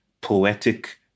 poetic